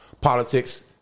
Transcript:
Politics